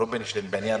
רובינשטיין בעניין